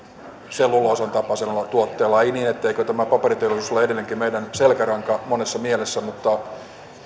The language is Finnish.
selluloosan tapaisella tuotteella ei niin etteikö paperiteollisuus ole edelleenkin meidän selkäranka monessa mielessä mutta